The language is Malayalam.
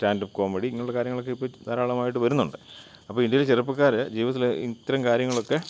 സ്റ്റാൻഡപ്പ് കോമഡി ഇങ്ങനുള്ള കാര്യങ്ങളൊക്കെ ഇപ്പോള് ധാരാളമായിട്ട് വരുന്നുണ്ട് അപ്പോള് ഇന്ത്യയിലെ ചെറുപ്പക്കാര് ജീവിതത്തില് ഇത്തരം കാര്യങ്ങളൊക്കെ